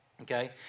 Okay